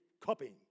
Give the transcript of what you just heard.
copying